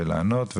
ולענות,